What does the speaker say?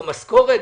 או משכורת,